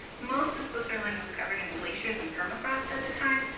most of switzerland was covered in glaciers and permafrost at the time.